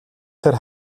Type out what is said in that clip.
тэр